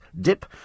dip